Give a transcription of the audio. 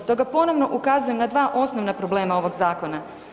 Stoga ponovno ukazujem na 2 osnovna problema ovog zakona.